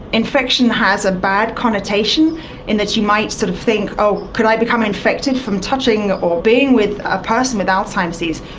infection has a bad connotation in that you might sort of think, oh, could i become infected from touching or being with a person with alzheimer's disease?